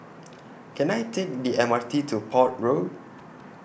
Can I Take The M R T to Port Road